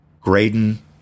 Graydon